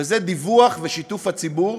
וזה דיווח ושיתוף הציבור